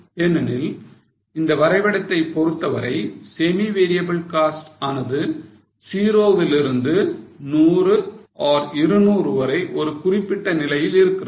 ஏனெனில் இந்த வரைபடத்தை பொறுத்த வரை semi variable cost ஆனது 0 விலிருந்து 100 or 200 வரை ஒரு குறிப்பிட்ட நிலையில் இருக்கிறது